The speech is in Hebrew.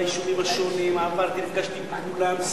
והיישובים נפגשתי עם כולם,